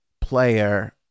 player